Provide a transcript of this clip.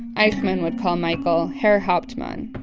eichmann would call michael herr hauptmann